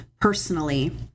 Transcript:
personally